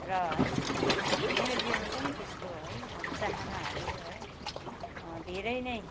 र है मेरो जीवनमा पनि त्यस्तो है अब चाहानाहरू है धेरै नै